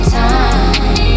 time